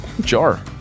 Jar